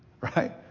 Right